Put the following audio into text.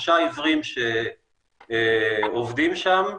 שלושה עיוורים שעובדים שם,